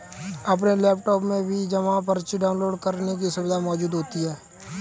अपने लैपटाप में भी जमा पर्ची डाउनलोड करने की सुविधा मौजूद होती है